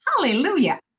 Hallelujah